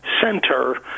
Center